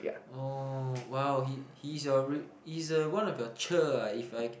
oh !wow! he he is your he is uh one of your cher ah if I